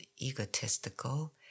egotistical